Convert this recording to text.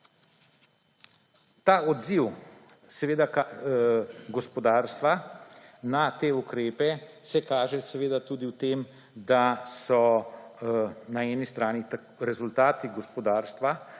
Ta odziv seveda gospodarstva na te ukrepe se kaže tudi v tem, da so na eni strani rezultati gospodarstva